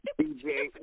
DJ